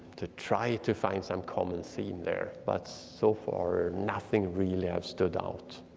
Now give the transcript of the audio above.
to try to find some common theme there but so far, nothing really have stood out.